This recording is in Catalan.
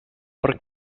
per